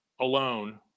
Alone